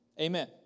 Amen